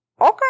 okay